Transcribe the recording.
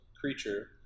creature